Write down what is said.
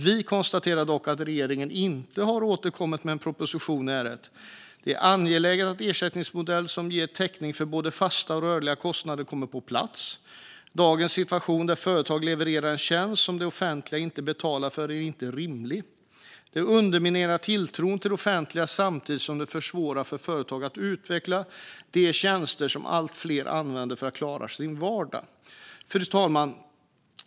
Vi konstaterar dock att regeringen inte har återkommit med en proposition i ärendet. Det är angeläget att en ersättningsmodell som ger täckning för både fasta och rörliga kostnader kommer på plats. Dagens situation, där företag levererar en tjänst som det offentliga inte betalar för, är inte rimlig. Det underminerar tilltron till det offentliga samtidigt som det försvårar för företag att utveckla de tjänster som allt fler använder för att klara sin vardag. Fru talman!